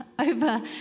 over